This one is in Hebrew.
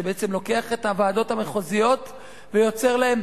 זה בעצם לוקח את הוועדות המחוזיות ויוצר להן